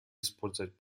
использовать